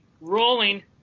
Rolling